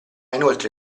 inoltre